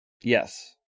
Yes